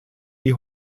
die